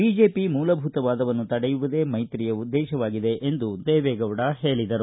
BJP ಮೂಲಭೂತವಾದವನ್ನು ತಡೆಯುವುದೇ ಮೈತ್ರಿಯ ಉದ್ದೇಶವಾಗಿದೆ ಎಂದು ದೇವೆಗೌಡ ಹೇಳದರು